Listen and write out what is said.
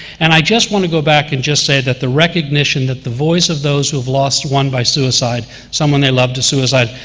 and i just want to go back and just say that the recognition that the voice of those who have lost one by suicide, someone they love to suicide,